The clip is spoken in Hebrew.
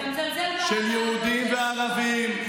של יהודים וערבים.